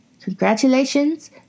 Congratulations